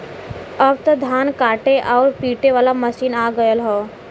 अब त धान काटे आउर पिटे वाला मशीन आ गयल हौ